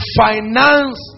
finance